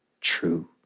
true